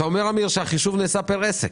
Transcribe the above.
אמיר, אתה אומר שהחישוב נעשה פר עסק.